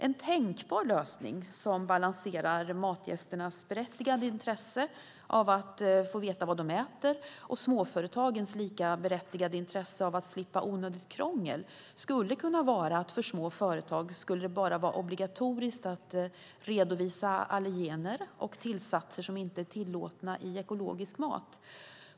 En tänkbar lösning, som balanserar matgästernas berättigade intresse av att få veta vad de äter och småföretagens lika berättigade intresse av att slippa onödigt krångel, vore att det för små företag endast skulle vara obligatoriskt att redovisa allergener och tillsatser som inte är tillåtna i ekologisk mat.